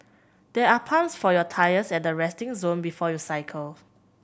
there are pumps for your tyres at the resting zone before you cycle